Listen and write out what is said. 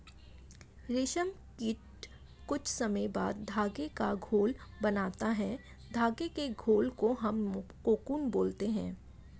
रेशम कीट कुछ समय बाद धागे का घोल बनाता है धागे के घोल को हम कोकून बोलते हैं